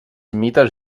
mites